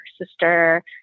sister